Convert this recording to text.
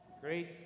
Grace